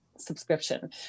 subscription